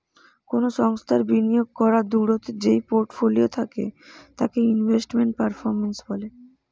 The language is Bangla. কোনো সংস্থার বিনিয়োগ করাদূঢ় যেই পোর্টফোলিও থাকে তাকে ইনভেস্টমেন্ট পারফরম্যান্স বলে